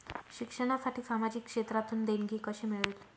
शिक्षणासाठी सामाजिक क्षेत्रातून देणगी कशी मिळेल?